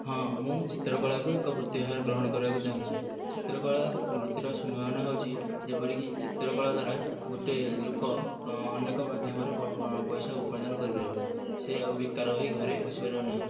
ହଁ ମୁଁ ଚିତ୍ରକଳାକୁ ଏକ ବୃତ୍ତି ଭାବରେ ଗ୍ରହଣ କରିବାକୁ ଚାହୁଁଛି ଚିତ୍ରକଳା ବୃତ୍ତିର ସମ୍ଭାବନା ହେଉଛି ଯେପରିକି ଚିତ୍ରକଳା ଦ୍ୱାରା ଗୋଟିଏ ଲୋକ ଅନେକ ମାଧ୍ୟମରେ ପଇସା ଉପାର୍ଜନ କରିପାରିବ ସେ ଆଉ ବେକାର ହୋଇ ଘରେ ବସିପାରିବ ନାହିଁ